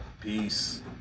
Peace